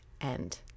end